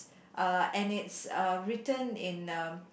uh and it's uh written in um